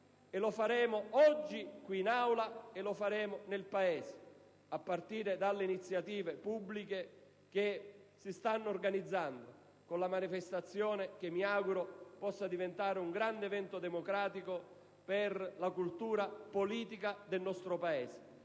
e lo faremo oggi in quest'Aula così come lo faremo nel Paese, a partire dalle iniziative pubbliche che si stanno organizzando con la manifestazione che mi auguro possa diventare un grande evento democratico per la cultura politica del nostro Paese,